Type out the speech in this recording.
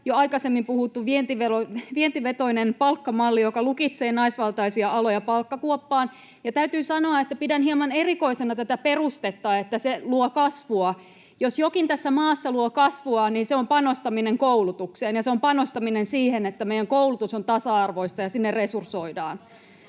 jo aikaisemmin puhuttu vientivetoinen palkkamalli, joka lukitsee naisvaltaisia aloja palkkakuoppaan. Täytyy sanoa, että pidän hieman erikoisena tätä perustetta, että se luo kasvua. Jos jokin tässä maassa luo kasvua, niin se on panostaminen koulutukseen ja panostaminen siihen, että meidän koulutus on tasa-arvoista ja sinne resursoidaan.